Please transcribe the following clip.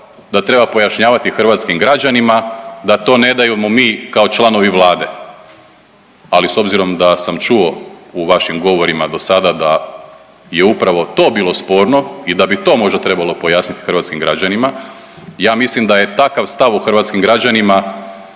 da treba pojašnjavati hrvatskim građanima da to ne dajemo mi kao članovi Vlade, ali s obzirom da sam čuo u vašim govorima dosada da je upravo to bilo sporno i da bi to možda trebalo pojasniti hrvatskim građanima, ja mislim da je takav stav u hrvatskim građanima